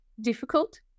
difficult